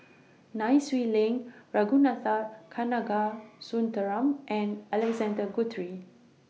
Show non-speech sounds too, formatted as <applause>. Nai Swee Leng Ragunathar Kanagasuntheram and <noise> Alexander Guthrie